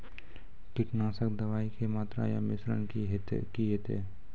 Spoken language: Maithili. कीटनासक दवाई के मात्रा या मिश्रण की हेते?